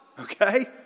okay